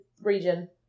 region